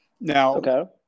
Now